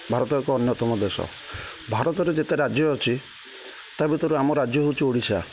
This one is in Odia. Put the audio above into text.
ଭାରତ ଏକ ଅନ୍ୟତମ ଦେଶ ଭାରତରେ ଯେତେ ରାଜ୍ୟ ଅଛି ତା ଭିତରୁ ଆମ ରାଜ୍ୟ ହେଉଛି ଓଡ଼ିଶା